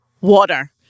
water